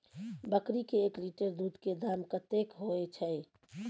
बकरी के एक लीटर दूध के दाम कतेक होय छै?